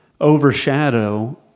overshadow